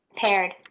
Paired